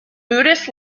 buddhist